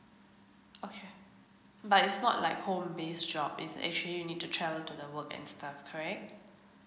okay but it's not like home base job is actually you need to travel to the work and stuff correct